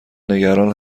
نگران